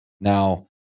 Now